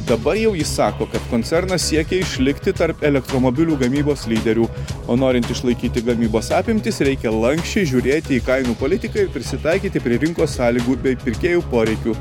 dabar jau jis sako kad koncernas siekia išlikti tarp elektromobilių gamybos lyderių o norint išlaikyti gamybos apimtis reikia lanksčiai žiūrėti į kainų politiką ir prisitaikyti prie rinkos sąlygų bei pirkėjų poreikių